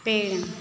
pen